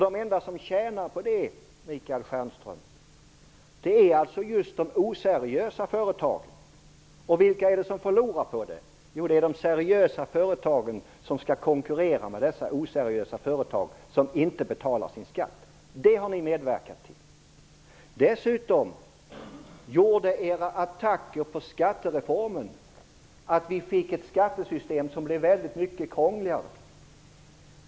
De enda som tjänar på detta, Michael Stjernström, är just de oseriösa företagen. Vilka är det som förlorar på det? Jo, de seriösa företag som skall konkurrera med de oseriösa företag som inte betalar sin skatt. Det har ni medverkat till. Vidare gjorde era attacker mot skattereformen att vi fick ett mycket krångligare skattesystem.